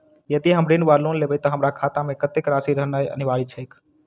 यदि हम ऋण वा लोन लेबै तऽ हमरा खाता मे कत्तेक राशि रहनैय अनिवार्य छैक?